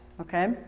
Okay